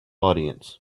audience